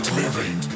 living